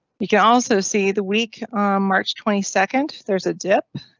you can also see the week march twenty second there's a dip,